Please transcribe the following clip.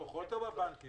הלקוחות או הבנקים?